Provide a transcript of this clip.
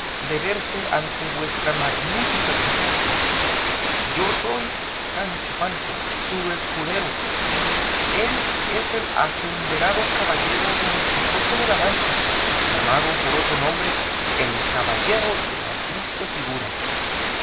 de verse ante vuestra magnífica presencia yo soy sancho panza su escudero y él es el asendereado caballero don quijote de la mancha llamado por otro nombre el caballero de la triste figura